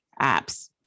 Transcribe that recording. apps